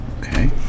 Okay